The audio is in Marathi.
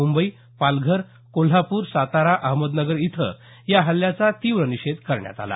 मुंबई पालघर कोल्हापूर सातारा अहमदनगर इथं या हल्ल्याचा तीव्र निषेध करण्यात आला